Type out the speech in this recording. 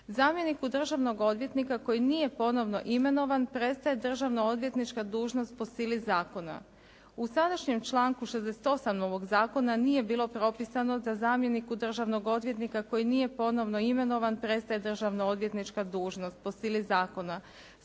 Zamjeniku državnog odvjetnika koji nije ponovno imenovan, prestaje državno odvjetnička dužnost po sili zakona. U sadašnjem članku 68 ovoga zakona nije bilo propisano da zamjenik državnog odvjetnika koji nije ponovno imenovan, prestaje državno odvjetnička dužnost po sili zakona.